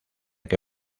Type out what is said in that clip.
que